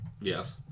Yes